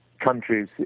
countries